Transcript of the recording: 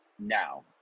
now